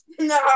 No